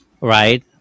right